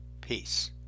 Peace